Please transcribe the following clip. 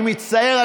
אני מצטער.